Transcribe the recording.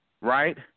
right